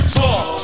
talk